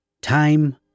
Time